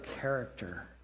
character